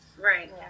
Right